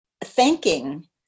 thanking